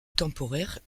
temporaire